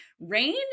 Rain